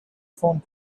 phone